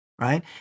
right